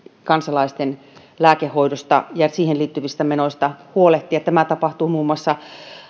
kansalaisten lääkehoidosta ja siihen liittyvistä menoista tämä tapahtuu muun muassa